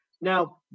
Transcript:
Now